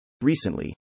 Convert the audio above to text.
Recently